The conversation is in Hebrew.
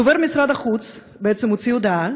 דובר משרד החוץ הוציא הודעה,